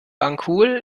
banjul